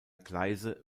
gleise